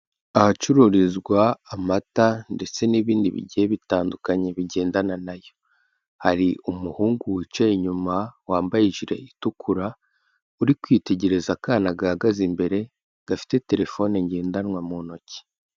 Ahacururizwa amata ndetse n'ibindi bigiye bitandukanye bigendana nayo. Hari umuhungu wicaye inyuma, wambaye ijire itukura, uri kwitegereza akana gahagaze imbere, gafite telefone ngendanwa mu ntoki.